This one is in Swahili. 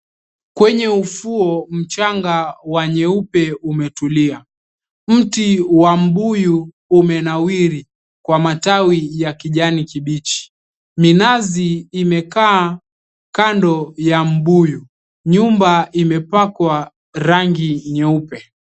Kwenye ufuo mchanga wa nyeupe unaonekana mti wa mbuyu umenawiri kwa matawi ya kijani kibichi minazi imekaa kando ya mbuyu nyumba imepakwa rangi ya nyeupe